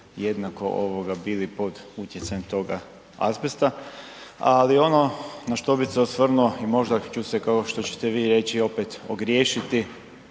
jednako ovoga bili pod utjecajem toga azbesta. Ali ono na što bi se osvrnuo i možda ću se kao što ćete vi reći opet ogriješiti